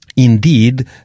Indeed